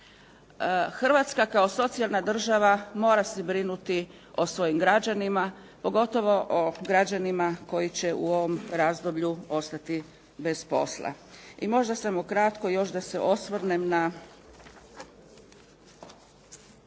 Hrvatska kao socijalna država mora se brinuti o svojim građanima pogotovo o građanima koji će u ovom razdoblju ostati bez posla. I možda samo kratko još da se osvrnem na